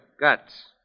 guts